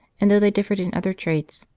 and though they differed in other traits,